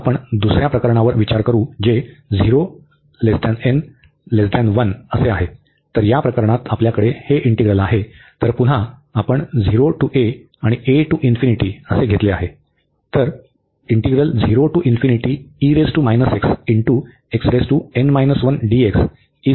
आता आपण दुसर्या प्रकरणावर विचार करू जे 0 n 1 आहे तर या प्रकरणात आपल्याकडे हे इंटीग्रल आहे